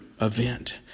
event